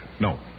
No